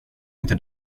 inte